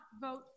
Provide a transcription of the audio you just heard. vote